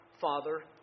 Father